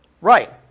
Right